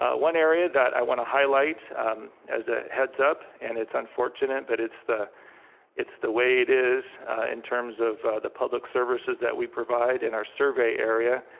ah one area that i wanna highlight as a heads up, and it's unfortunate that it's the it's the way it is in terms of the public services that we provide in our survey area.